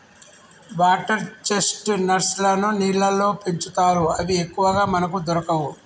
water chestnuts లను నీళ్లల్లో పెంచుతారు అవి ఎక్కువగా మనకు దొరకవు